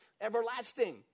everlasting